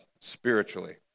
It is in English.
spiritually